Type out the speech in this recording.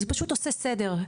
זה פשוט עושה סדר,